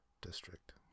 district